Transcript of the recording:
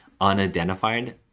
unidentified